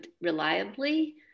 reliably